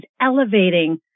elevating